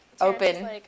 Open